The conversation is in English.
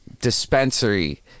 dispensary